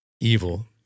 evil